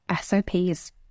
SOPs